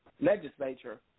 legislature